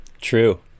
True